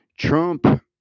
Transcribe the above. Trump